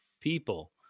people